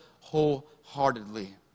wholeheartedly